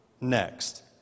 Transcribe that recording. Next